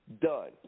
Done